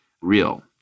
real